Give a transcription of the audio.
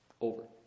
Over